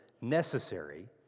necessary